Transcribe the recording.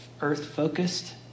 earth-focused